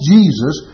Jesus